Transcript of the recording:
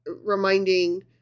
reminding